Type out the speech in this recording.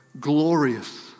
glorious